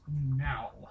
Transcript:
now